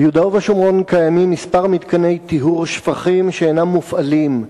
ביהודה ובשומרון קיימים כמה מתקני טיהור שפכים שאינם מופעלים,